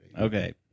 Okay